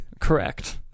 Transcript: correct